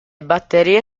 batterie